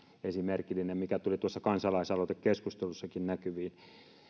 esimerkillinen mikä tuli tuossa kansalaisaloitekeskustelussakin näkyviin